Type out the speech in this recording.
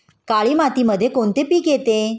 काळी मातीमध्ये कोणते पिके येते?